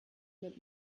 mit